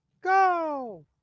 go